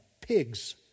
pig's